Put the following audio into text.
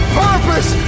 purpose